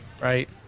right